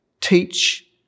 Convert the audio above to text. teach